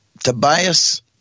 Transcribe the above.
Tobias